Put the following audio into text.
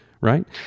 right